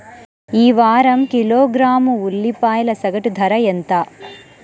ఈ వారం కిలోగ్రాము ఉల్లిపాయల సగటు ధర ఎంత?